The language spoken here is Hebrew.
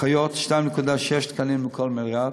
אחיות, 2.6 תקנים לכל מלר"ד.